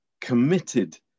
Committed